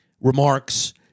remarks